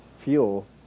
fuel